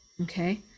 okay